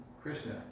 Krishna